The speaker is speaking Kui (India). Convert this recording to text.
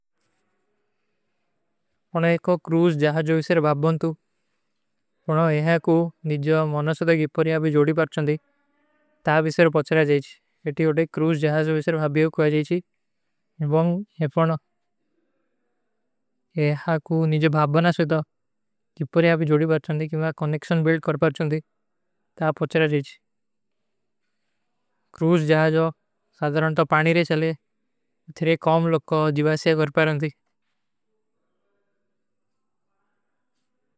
ମୈଂ ଏକୋ କ୍ରୂଜ ଜହାଜ ହୋଈ ସେ ଭଭନ ତୁ ପହନା ଏହା କୁ ନିଜ ମନଶୋଁତା ଗିପର ଯାଗି ଜୌଡି ପର୍ଛୋଂଡୀ ତା ଵିଶ୍ର ପଚ୍ଷରାଜଯେଁଚ। ଯେତୀ ହୋଦେ କ୍ରୂଜ ଜହାଜ ହୋଈ ସେ ଭାବଵ୍ଯୋଗ କୋଯା ଜାଏଛୀ ଉବନ୍ଗ ଏପନ ଏହା କୁ ନିଜଵ ଭାଵବନା ସୋଈତା କି ପର ଯହାଁ ଭୀ ଜୋଡୀ ବାତ ଚାହତେ ହୈଂ କି ମୈଂ କନନେକ୍ଶନ ବିଲ୍ଡ କର ପାର ଚାହତେ ହୂଂଦୀ ତା ପଚ୍ଚରା ଜୀଜ। କ୍ରୂଜ ଜହାଁ ଜୋ ସାଧରାଂ ତୋ ପାଣୀ ରହେ ଚଲେ ଅଥିରେ କୌମ ଲୋଗ କୋ ଜିଵାଯ ସେଖ କର ପାର ଜୀଜ।